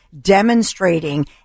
demonstrating